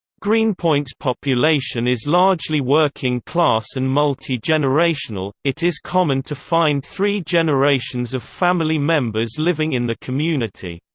greenpoint's population is largely working class and multi-generational it is common to find three generations of family members living in the community.